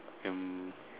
and